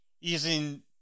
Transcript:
using